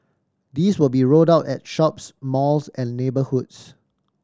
these will be rolled out at shops malls and neighbourhoods